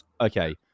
okay